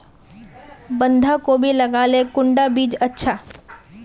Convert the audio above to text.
बंधाकोबी लगाले कुंडा बीज अच्छा?